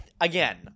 again